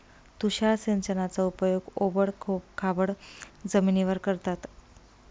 तुषार सिंचनाचा उपयोग ओबड खाबड जमिनीवर करतात